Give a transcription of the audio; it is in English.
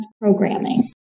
programming